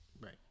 Right